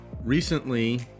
recently